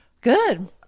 Good